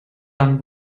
dann